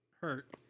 hurt